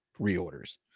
reorders